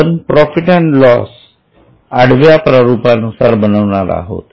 आपण profit and loss आडव्या प्रारूपानुसार बनविणार आहोत